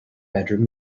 bedroom